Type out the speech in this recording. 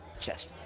Chest